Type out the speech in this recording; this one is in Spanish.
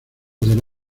del